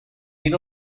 been